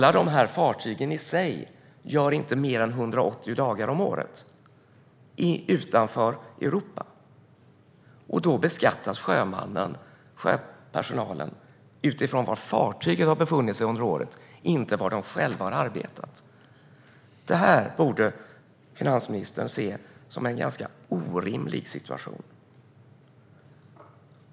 Men alla dessa fartyg i sig gör inte mer än 180 dagar om året utanför Europa, och då beskattas sjöpersonalen utifrån var fartyget har befunnit sig under året i stället för utifrån var personalen har arbetat. Detta borde finansministern se som en ganska orimlig situation.